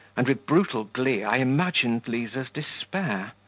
and with brutal glee i imagined liza's despair.